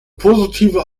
positive